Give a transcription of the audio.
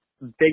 Big